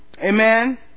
Amen